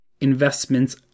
investments